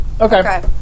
Okay